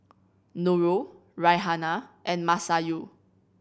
Nurul Raihana and Masayu